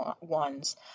ones